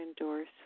endorse